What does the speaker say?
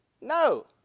No